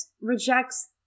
rejects